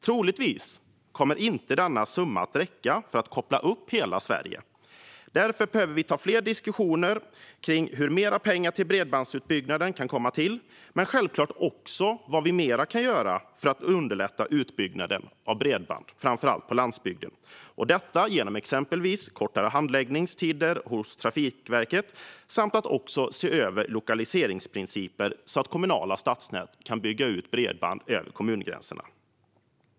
Troligtvis kommer denna summa inte att räcka för att koppla upp hela Sverige. Därför behöver vi ta fler diskussioner om hur mer pengar till bredbandsutbyggnaden kan komma till men självklart också om vad vi mer kan göra för att underlätta utbyggnaden av bredband, framför allt på landsbygden. Detta exempelvis genom kortare handläggningstider hos Trafikverket och genom att se över lokaliseringsprincipen så att kommunala stadsnät kan bygga ut bredband över kommungränserna.